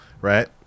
right